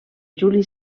juli